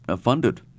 funded